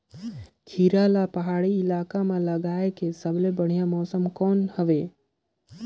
खीरा ला पहाड़ी इलाका मां लगाय के सबले बढ़िया मौसम कोन हवे?